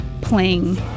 playing